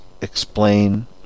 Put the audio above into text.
explain